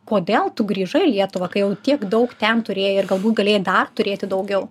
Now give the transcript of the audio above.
kodėl tu grįžai į lietuvą kai jau tiek daug ten turėjai ir galbūt galėjai dar turėti daugiau